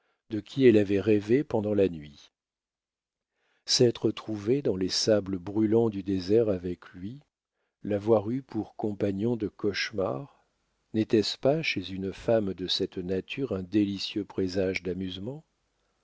de qui elle avait rêvé pendant la nuit s'être trouvée dans les sables brûlants du désert avec lui l'avoir eu pour compagnon de cauchemar n'était-ce pas chez une femme de cette nature un délicieux présage d'amusement